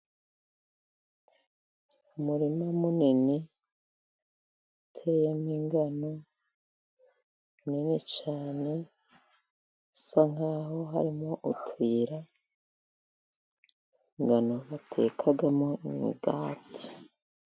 Umurima munini uteyemo ingano, munini cyane, usa nk'aho harimo utuyira, ingano batekamo imigati.